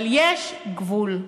אבל יש גבול.